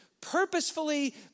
purposefully